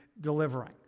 delivering